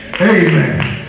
amen